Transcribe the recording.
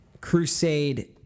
crusade